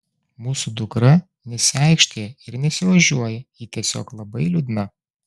mūsų dukra nesiaikštija ir nesiožiuoja ji tiesiog labai liūdna